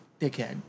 dickhead